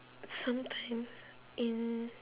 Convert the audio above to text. sometimes in